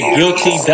Guilty